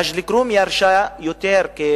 מג'ד-אל-כרום ירשה כ-47%,